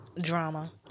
Drama